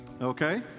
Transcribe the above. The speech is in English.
Okay